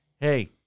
hey